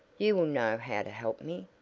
you will know how to help me.